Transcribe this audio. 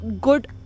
good